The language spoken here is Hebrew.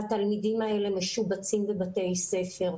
התלמידים האלה משובצים בבתי ספר,